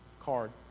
card